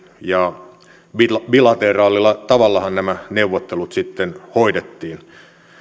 ja bilateraalilla tavallahan nämä neuvottelut sitten hoidettiin